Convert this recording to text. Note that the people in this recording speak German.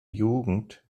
jugend